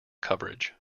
coverage